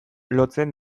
lotzen